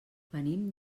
venim